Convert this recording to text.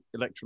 electrolyte